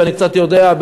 ואני קצת יודע,